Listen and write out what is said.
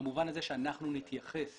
במובן הזה שאנחנו נתייחס